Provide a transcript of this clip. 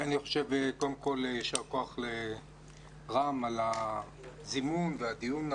קודם כל, יישר כוח לרם על הזימון והדיון.